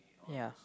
ya